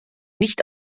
nicht